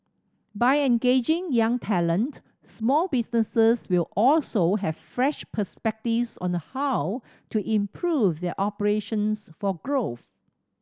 by engaging young talent small businesses will also have fresh perspectives on how to improve their operations for growth